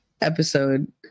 episode